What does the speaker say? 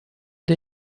der